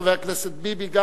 גם חבר הכנסת ביבי.